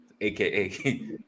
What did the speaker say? aka